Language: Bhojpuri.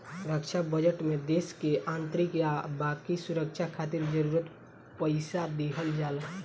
रक्षा बजट में देश के आंतरिक आ बाकी सुरक्षा खातिर जरूरी पइसा दिहल जाला